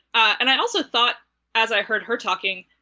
and i also thought as i heard her talking,